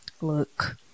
look